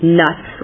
nuts